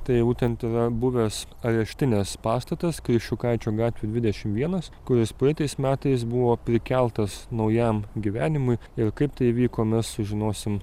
tai būtent yra buvęs areštinės pastatas kriščiukaičio gatvė dvidešim vienas kuris praeitais metais buvo prikeltas naujam gyvenimui ir kaip tai įvyko mes sužinosim